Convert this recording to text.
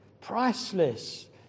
priceless